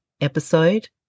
episode